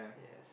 yes